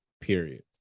period